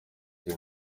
cya